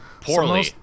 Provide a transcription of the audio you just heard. Poorly